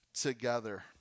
together